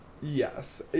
yes